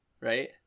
Right